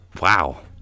wow